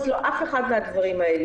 אף אחד מהדברים האלה,